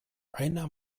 einer